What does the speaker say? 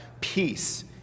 peace